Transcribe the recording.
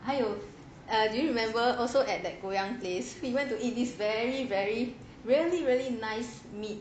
还有 err do you remember also at that place we went to eat this very very really really nice meat